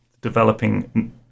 developing